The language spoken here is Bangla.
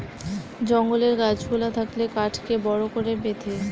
জঙ্গলের গাছ গুলা থাকলে কাঠকে বড় করে বেঁধে